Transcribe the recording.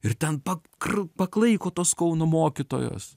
ir ten pa kr paklaiko tos kauno mokytojos